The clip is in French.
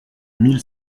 mille